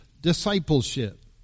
discipleship